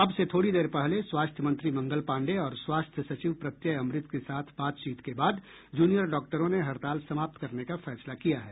अब से थोड़ी देर पहले स्वास्थ्य मंत्री मंगल पांडेय और स्वास्थ्य सचिव प्रत्यय अमृत के साथ बातचीत के बाद जूनियर डॉक्टरों ने हड़ताल समाप्त करने का फैसला किया है